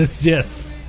Yes